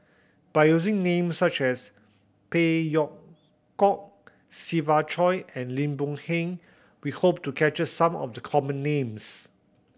by using names such as Phey Yew Kok Siva Choy and Lim Boon Heng we hope to capture some of the common names